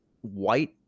white